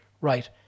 right